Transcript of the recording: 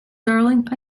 darling